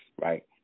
right